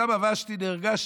ששם ושתי נהרגה,